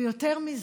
ויותר מזה,